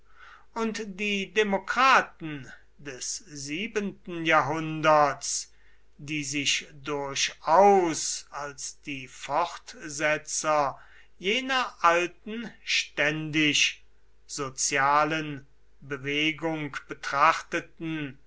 und die demokraten des siebenten jahrhunderts die sich durchaus als die fortsetzer jener alten ständisch sozialen bewegung betrachteten